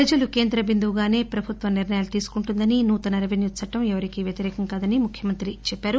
ప్రజలు కేంద్ర బిందువుగానే ప్రభుత్వం నిర్ణయాలు తీసుకుంటుందని నూతన రెపెన్యూ చట్టం ఎవరికీ వ్యతిరేకం కాదని ముఖ్యమంత్రి అన్నారు